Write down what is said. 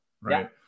right